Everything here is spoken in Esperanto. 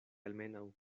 almenaŭ